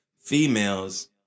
females